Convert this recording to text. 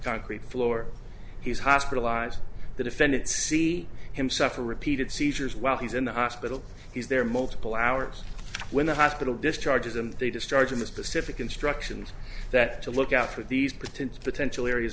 concrete floor he's hospitalized the defendant see him suffer repeated seizures while he's in the hospital he's there multiple hours when the hospital discharges them they discharge him a specific instructions that to look out for these potential potential areas